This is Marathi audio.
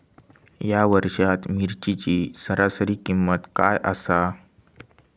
या वर्षात मिरचीची सरासरी किंमत काय आसा?